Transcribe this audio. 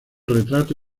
retrato